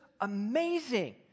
amazing